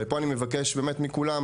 ופה אני מבקש באמת מכולם,